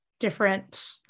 different